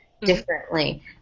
differently